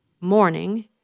morning